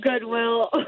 Goodwill